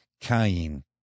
Cain